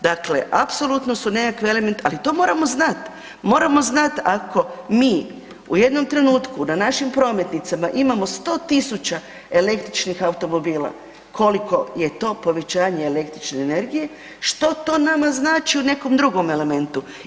Dakle, apsolutno su nekakve, ali to moramo znati, moramo znati ako mi u jednom trenutku na našim prometnicama imamo 100.000 električnih automobila koliko je to povećanje električne energije što to nama znači u nekom drugom elementu.